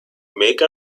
make